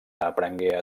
aprengué